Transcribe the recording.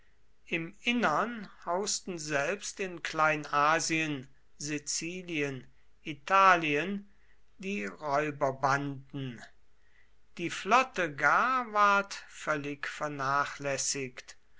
im innern hausten selbst in kleinasien sizilien italien die räuberbanden die flotte gar ward völlig vernachlässigt